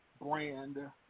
brand